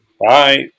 bye